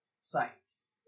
sites